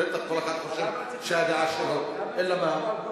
בטח כל אחד חושב שהדעה שלו, אלא מה?